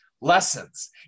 lessons